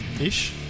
Ish